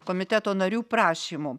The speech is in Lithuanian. komiteto narių prašymu